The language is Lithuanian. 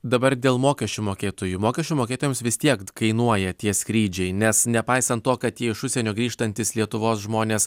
dabar dėl mokesčių mokėtojų mokesčių mokėtojams vis tiek kainuoja tie skrydžiai nes nepaisant to kad jie iš užsienio grįžtantys lietuvos žmonės